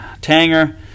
tanger